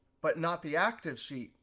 but not the active sheet.